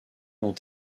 ont